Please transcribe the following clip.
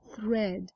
thread